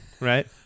Right